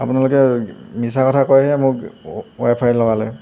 আপোনালোকে মিছা কথা কৈহে মোক ৱাইফাই লগালে